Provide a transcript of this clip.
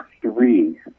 three